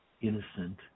innocent